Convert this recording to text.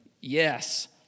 Yes